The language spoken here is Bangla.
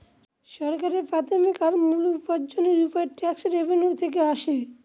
সরকারের প্রাথমিক আর মূল উপার্জনের উপায় ট্যাক্স রেভেনিউ থেকে আসে